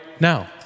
now